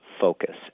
focus